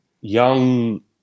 young